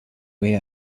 way